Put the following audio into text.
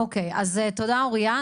אוקיי, אז תודה אוריה.